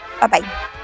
bye-bye